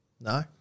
No